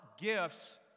gifts